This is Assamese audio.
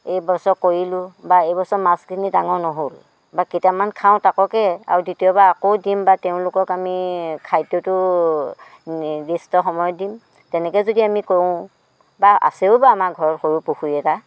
এই বছৰ কৰিলোঁ বা এই বছৰ মাছখিনি ডাঙৰ নহ'ল বা কেইটামান খাওঁ তাকৰকৈ আৰু দ্বিতীয়বাৰ আকৌ দিম বা তেওঁলোকক আমি খাদ্যটো নিদিষ্ট সময়ত দিম তেনেকৈ যদি আমি কৰোঁ বা আছেও বা আমাৰ ঘৰত সৰু পুখুৰী এটা